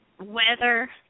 Weather